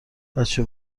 بچه